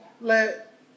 let